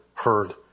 heard